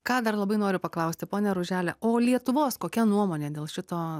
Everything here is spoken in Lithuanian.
ką dar labai noriu paklausti pone ružele o lietuvos kokia nuomonė dėl šito